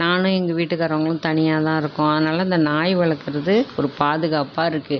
நானும் எங்கள் வீட்டுக்காரங்களும் தனியாக தான் இருக்கோம் அதனாலே இந்த நாய் வளர்க்கறது ஒரு பாதுகாப்பாக இருக்குது